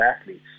athletes